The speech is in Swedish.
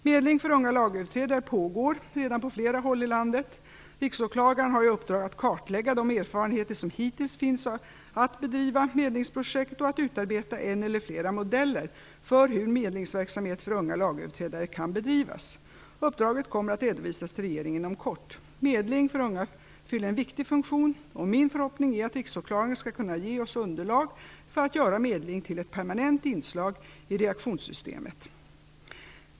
Medling för unga lagöverträdare pågår redan på flera håll i landet. Riksåklagaren har i uppdrag att kartlägga de erfarenheter som hittills finns av bedrivna medlingsprojekt och att utarbeta en eller flera modeller för hur medlingsverksamhet för unga lagöverträdare kan bedrivas. Uppdraget kommer att redovisas till regeringen inom kort. Medling för unga fyller en viktig funktion, och min förhoppning är att riksåklagaren skall kunna ge oss underlag för att göra medling till ett permanent inslag i reaktionssystemet.